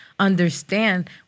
understand